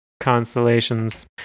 constellations